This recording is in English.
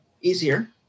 easier